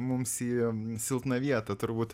mums į silpną vietą turbūt